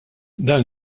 dan